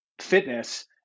fitness